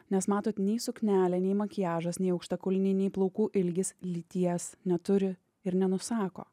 nes matot nei suknelė nei makiažas nei aukštakulniai nei plaukų ilgis lyties neturi ir nenusako